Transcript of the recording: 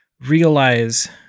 realize